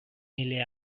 mille